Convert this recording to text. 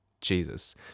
Jesus